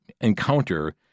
Encounter